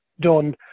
done